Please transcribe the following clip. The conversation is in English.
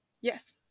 Yes